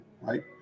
right